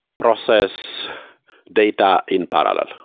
process data in parallel,